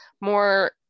more